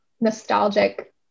nostalgic